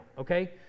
Okay